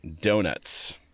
Donuts